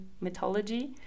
mythology